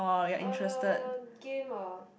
uh game ah